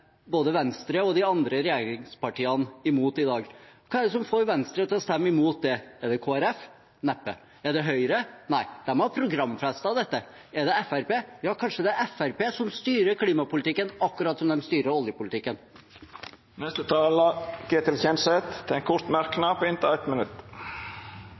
både Venstre og de andre regjeringspartiene imot i dag. Hva er det som får Venstre til å stemme imot det? Er det Kristelig Folkeparti? Neppe. Er det Høyre? Nei, de har programfestet dette. Er det Fremskrittspartiet? Ja, kanskje det er Fremskrittspartiet som styrer klimapolitikken, akkurat som de styrer oljepolitikken. Representanten Ketil Kjenseth har hatt ordet to gonger tidlegare og får ordet til ein kort